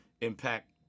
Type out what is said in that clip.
impact